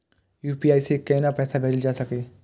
UPI से केना पैसा भेजल जा छे?